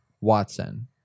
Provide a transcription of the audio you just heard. Watson